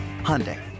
Hyundai